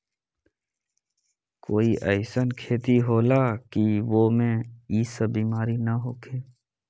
कोई अईसन खेती होला की वो में ई सब बीमारी न होखे?